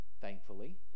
thankfully